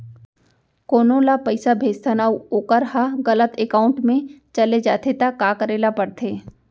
कोनो ला पइसा भेजथन अऊ वोकर ह गलत एकाउंट में चले जथे त का करे ला पड़थे?